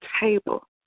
table